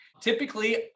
Typically